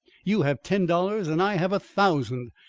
you have ten dollars and i have a thousand.